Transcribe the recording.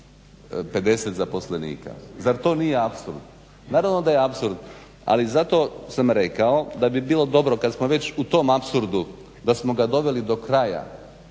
50 zaposlenika. Zar to nije apsurd? Naravno da je apsurd, ali zato sam rekao da bi bilo dobro kad smo već u tom apsurdu, da smo ga doveli do kraja